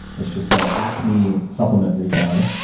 let's just say acme supplement retailer,